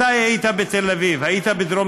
מתי היית בתל אביב?